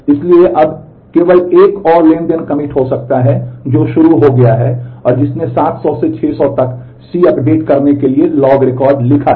इसलिए अब केवल एक और ट्रांज़ैक्शन कमिट हो सकता है जो शुरू हो गया है और जिसने 700 से 600 तक C अपडेट करने के लिए लॉग रिकॉर्ड लिखा है